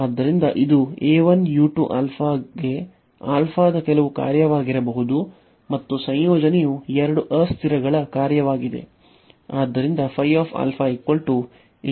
ಆದ್ದರಿಂದ ಇದು al ಗೆ ದ ಕೆಲವು ಕಾರ್ಯವಾಗಿರಬಹುದು ಮತ್ತು ಸಂಯೋಜನೆಯು ಎರಡು ಅಸ್ಥಿರಗಳ ಕಾರ್ಯವಾಗಿದೆ